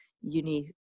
uni